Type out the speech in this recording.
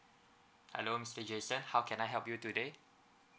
hello mister jason how can I help you today